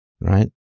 right